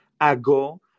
ago